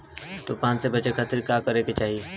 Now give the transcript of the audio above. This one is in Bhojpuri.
तूफान से बचे खातिर का करे के चाहीं?